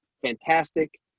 fantastic